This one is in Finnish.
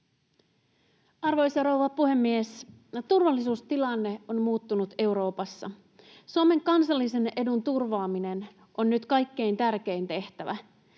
Arvoisa rouva puhemies! Turvallisuustilanne on muuttunut Euroopassa. Suomen kansallisen edun turvaaminen on nyt kaikkein tärkein tehtävä.